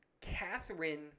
Catherine